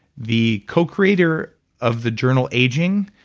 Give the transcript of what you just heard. the cocreator of the journal, aging.